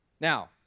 Now